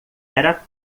era